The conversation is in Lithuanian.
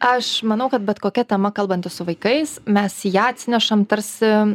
aš manau kad bet kokia tema kalbantis su vaikais mes į ją atsinešam tarsi